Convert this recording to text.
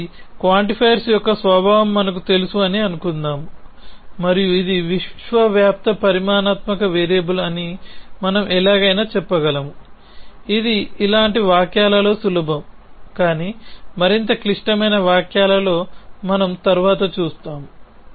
కాబట్టి క్వాంటిఫైయర్ యొక్క స్వభావం మనకు తెలుసు అని అనుకుందాం మరియు ఇది విశ్వవ్యాప్త పరిమాణాత్మక వేరియబుల్ అని మనం ఎలాగైనా చెప్పగలం ఇది ఇలాంటి వాక్యాలలో సులభం కానీ మరింత క్లిష్టమైన వాక్యాలలో మనం తరువాత చూస్తాము